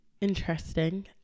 interesting